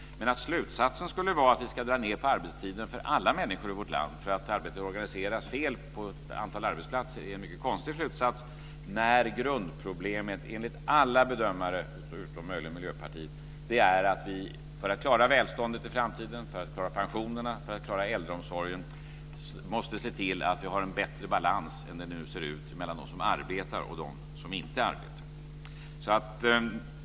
Men att slutsatsen skulle vara att vi ska dra ned på arbetstiden för alla människor i vårt land för att arbetet organiseras fel på ett antal arbetsplatser är en mycket konstig slutsats, när grundproblemet enligt alla bedömare, utom möjligen Miljöpartiet, är att vi för att klara välståndet i framtiden, för att klara pensionerna, för att klara äldreomsorgen måste se till att vi har en bättre balans än nu mellan de som arbetar och de som inte arbetar.